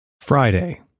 Friday